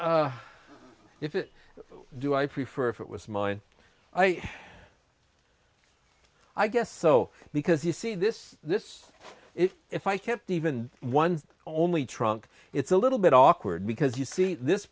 ok if it do i prefer if it was mine i i guess so because you see this this if if i kept even one only trunk it's a little bit awkward because you see this